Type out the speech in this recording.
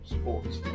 sports